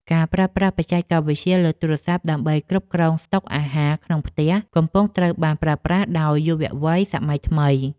ការប្រើប្រាស់បច្ចេកវិទ្យាលើទូរស័ព្ទដើម្បីគ្រប់គ្រងស្តុកអាហារក្នុងផ្ទះកំពុងត្រូវបានប្រើប្រាស់ដោយយុវវ័យសម័យថ្មី។